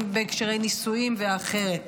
אם בקשרי נישואים ואחרים,